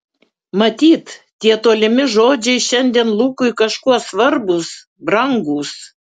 matyt tie tolimi žodžiai šiandien lukui kažkuo svarbūs brangūs